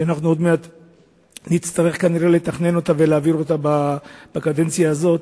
שעוד מעט נצטרך לתכנן אותה ולהעביר בקדנציה הזאת,